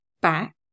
back